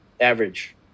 average